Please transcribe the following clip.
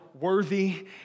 worthy